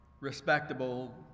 respectable